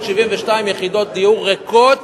572 יחידות דיור, ריקות,